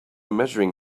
measuring